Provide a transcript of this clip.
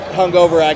hungover